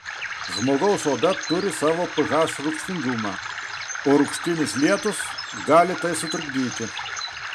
žmogaus oda turi savo ph rūgštingumą o rūgštinis lietus gali tai sutrikdyti